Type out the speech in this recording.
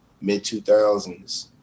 mid-2000s